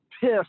piss